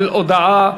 על ההודעה,